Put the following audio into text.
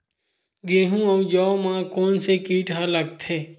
गेहूं अउ जौ मा कोन से कीट हा लगथे?